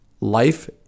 Life